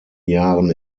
jahren